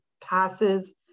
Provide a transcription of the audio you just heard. passes